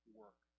work